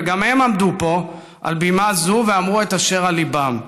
וגם הם עמדו פה על בימה זו ואמרו את אשר על ליבם.